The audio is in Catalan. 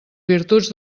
virtuts